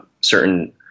certain